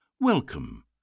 Welcome